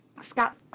Scott